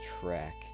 track